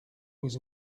was